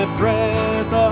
breath